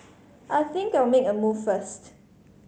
I think I'll make a move first